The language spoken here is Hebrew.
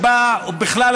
בכלל,